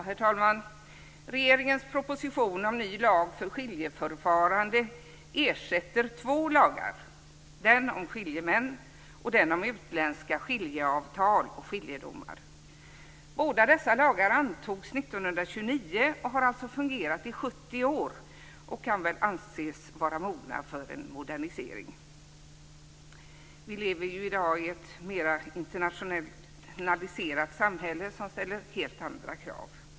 Herr talman! Regeringens proposition om ny lag för skiljeförfarande ersätter två lagar, den om skiljemän och den om utländska skiljeavtal och skiljedomar. Båda dessa lagar antogs 1929 och har alltså fungerat i 70 år och kan väl anses vara mogna för en modernisering. Vi lever ju i dag i ett mera internationaliserat samhälle som ställer helt andra krav.